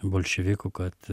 bolševikų kad